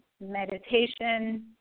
meditation